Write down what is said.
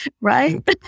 Right